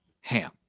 ham